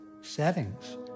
settings